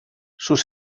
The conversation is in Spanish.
sus